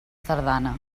tardana